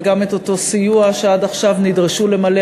אבל גם את אותו סיוע שעד עכשיו הם נדרשו למלא